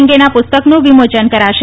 અંગેના પુસ્તકનું વિમોચન કરાશે